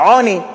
עוני.